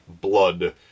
blood